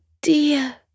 dear